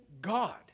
God